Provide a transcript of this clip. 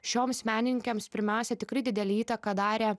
šioms meninikėms pirmiausia tikrai didelę įtaką darė